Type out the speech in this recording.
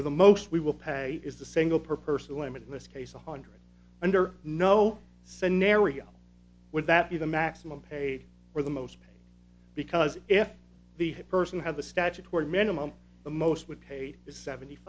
pay or the most we will pay is a single per person limit in this case a hundred under no scenario would that be the maximum paid for the most because if the person has a statutory minimum the most would paid seventy